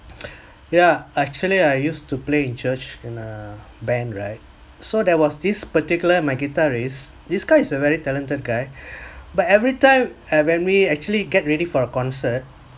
ya actually I used to play in church in a band right so there was this particular my guitarist this guy is a very talented guy but every time when we actually get ready for a concert